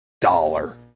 dollar